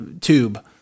tube